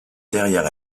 derrière